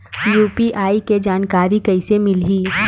UPI के जानकारी कइसे मिलही?